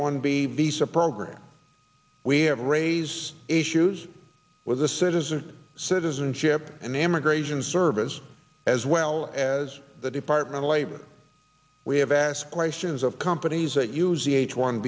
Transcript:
one b visa program we have raise issues with the citizen citizenship and immigration service as well as the department of labor we have aspirations of companies that use the h one